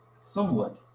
Somewhat